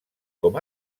com